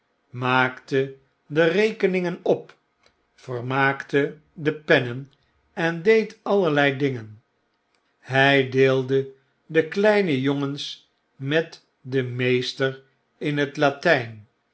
maakte de rekeningen op vermaakte de pennen en deed allerlei dingen hy deelde de kleine jongens met den meester in het latyn